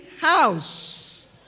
house